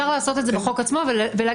אפשר לעשות את זה בחוק עצמו ולהגיד